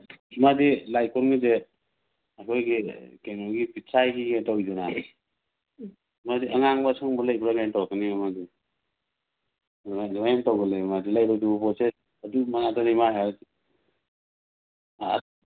ꯃꯥꯗꯤ ꯂꯥꯏ ꯀꯣꯟꯒꯤꯁꯦ ꯑꯩꯈꯣꯏꯒꯤ ꯀꯩꯅꯣꯒꯤ ꯄꯤꯊ꯭ꯔꯥꯏꯒꯤꯒ ꯇꯧꯋꯤꯗꯅ ꯃꯥꯗꯤ ꯑꯉꯥꯡꯕ ꯑꯁꯪ ꯂꯩꯕ꯭ꯔꯀ ꯇꯧꯔꯛꯀꯅꯦꯕ ꯃꯥꯗꯤ ꯑꯗꯨꯃꯥꯏꯅ ꯇꯧꯒꯜꯂꯦ ꯃꯥꯗꯤ ꯂꯩꯔꯣꯏꯗꯕ ꯄꯣꯠꯁꯤ ꯑꯗꯨꯝꯕ ꯉꯥꯛꯇꯅꯤ ꯃꯥ